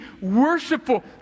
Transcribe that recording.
worshipful